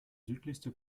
südlichste